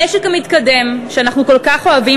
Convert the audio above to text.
המשק המתקדם שאנחנו כל כך אוהבים